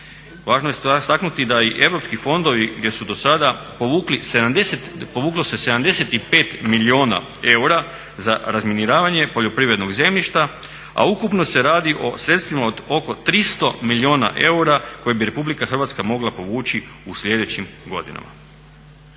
Važno je istaknuti da i europski fondovi gdje se dosada povuklo 75 milijuna eura za razminiravanje poljoprivrednog zemljišta, a ukupno se radi o sredstvima od oko 300 milijuna eura koje bi RH mogla povući u sljedećim godinama.